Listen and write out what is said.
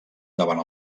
davant